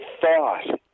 thought